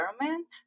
environment